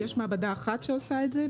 ויש מעבדה אחת שעושה את זה,